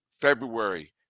February